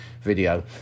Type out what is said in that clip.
video